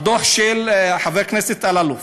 הדוח של חבר הכנסת אלאלוף,